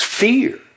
Fear